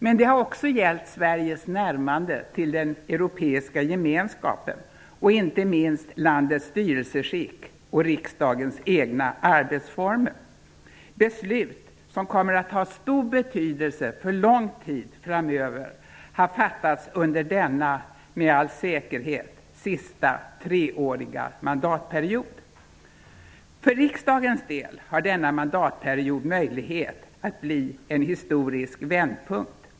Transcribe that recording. Men det har också gällt Sveriges närmande till den europeiska gemenskapen och inte minst landets styrelseskick och riksdagens egna arbetsformer. Beslut som kommer att ha stor betydelse för lång tid framöver har fattats under denna, med all säkerhet, sista treåriga mandatperiod. För riksdagens del har denna mandatperiod möjlighet att bli en historisk vändpunkt.